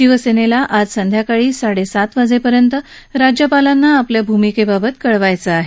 शिवसेनेला आज संध्याकाळी साडे सात वाजेपर्यंत राज्यापालांना आपल्या भूमिकेबाबत कळवायचं आहे